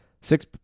six